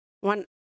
One